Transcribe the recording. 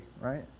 right